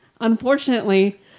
unfortunately